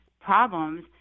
problems